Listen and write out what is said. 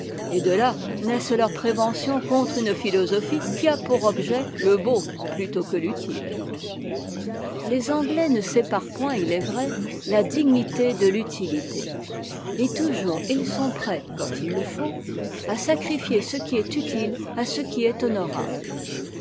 et de là naissent leurs préventions contre une philosophie qui a pour objet le beau plutôt que l'utile les anglais ne séparent point il est vrai la dignité de l'utilité et toujours ils sont prêts quand il le faut à sacrifier ce qui est utile à ce qui est honorable